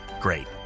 Great